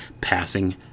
passing